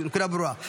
הנקודה ברורה.